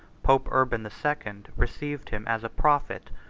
pope urban the second received him as a prophet,